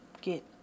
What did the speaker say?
get